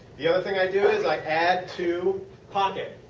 the other thing i do is i add to pocket,